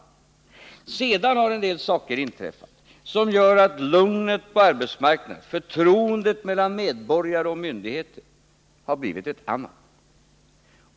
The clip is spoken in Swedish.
Därefter har en del saker inträffat som gör att lugnet på arbetsmarknaden och förtroendet mellan medborgare och myndigheter har blivit ett annat.